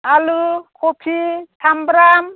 आलु खफि सामब्राम